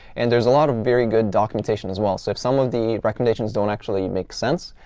and there's a lot of very good documentation as well. so if some of the recommendations don't actually make sense,